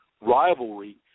rivalry